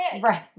right